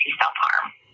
self-harm